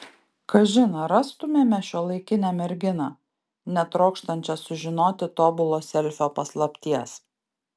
kažin ar rastumėme šiuolaikinę merginą netrokštančią sužinoti tobulo selfio paslapties